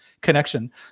connection